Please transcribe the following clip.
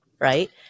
right